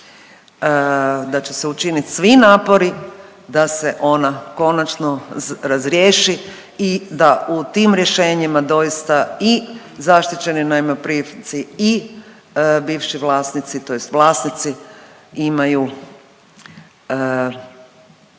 da će se učinit svi napori da se ona konačno razriješi i da u tim rješenjima doista i zaštićeni najmoprimci i bivši vlasnici tj. vlasnici imaju